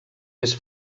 més